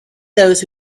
those